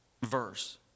verse